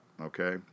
okay